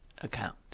account